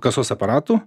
kasos aparatų